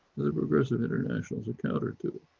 the progressive international is a counter to